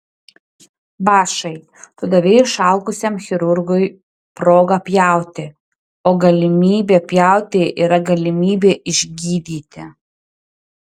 bašai tu davei išalkusiam chirurgui progą pjauti o galimybė pjauti yra galimybė išgydyti